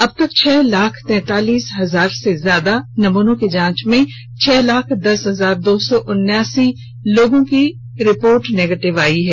अबतक छह लाख तैंतालीस हजार से ज्यादा नमूनों की हई जांच में छह लाख दस हजार दो सौ उन्नासी लोगों की निगेटिव रिपोर्ट आई है